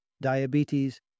diabetes